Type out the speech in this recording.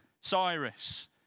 Cyrus